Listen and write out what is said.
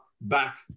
back